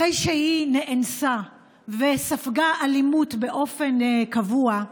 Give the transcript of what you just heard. אחרי שהיא נאנסה וספגה אלימות באופן קבוע,